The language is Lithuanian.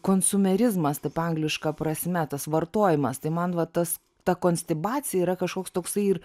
konsumerizmas taip angliška prasme tas vartojimas tai man va tas ta konstibacija yra kažkoks toksai ir